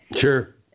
Sure